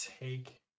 take